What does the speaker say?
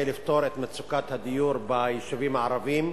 לפתור את מצוקת הדיור ביישובים הערביים,